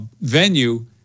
venue